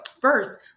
first